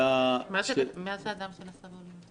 למה הכוונה אדם שנשא בעול עם הציבור?